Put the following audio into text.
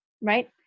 Right